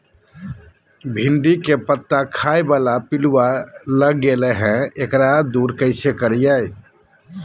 भिंडी के पत्ता खाए बाला पिलुवा लग गेलै हैं, एकरा दूर कैसे करियय?